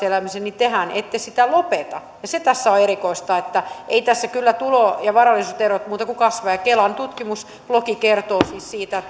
elämisen niin tehän ette sitä lopeta ja se tässä on erikoista eivät tässä kyllä tulo ja varallisuuserot muuta kuin kasva ja kelan tutkimusblogi kertoo siis siitä